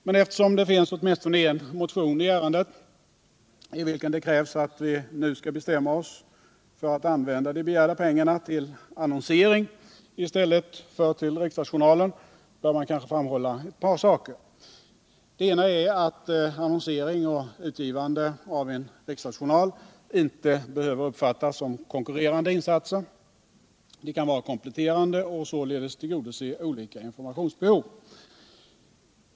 Men eftersom det finns åtminstone en motion i ärendet, i vilken det krävs att vi nu skall bestämma oss för att använda de begärda pengarna till annonsering i stället för till riksdagsjournalen, bör man kanske framhålla ett par saker. Det ena är att annonsering och utgivande av en riksdagsjournal inte behöver uppfattas som konkurrerande insatser. De kan vara kompletterande och således tillgodose olika informationsbehov.